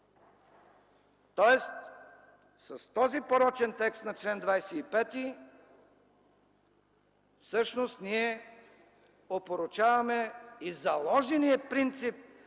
Тоест с този порочен текст на чл. 25 всъщност ние опорочаваме и заложения принцип